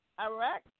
Iraq